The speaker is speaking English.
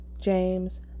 james